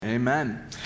Amen